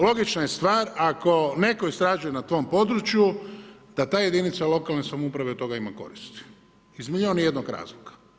Logična je stvar ako netko istražuje na tvom području da ta jedinica lokalne samouprave od toga ima koristi iz milijun i jednog razloga.